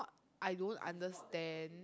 I don't understand